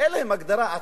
אין להם הגדרה עצמית,